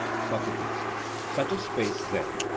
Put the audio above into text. socrates such a space, then,